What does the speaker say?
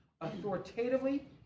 authoritatively